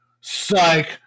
Psych